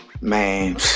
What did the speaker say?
Man